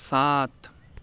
सात